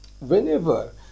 whenever